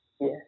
Yes